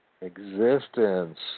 existence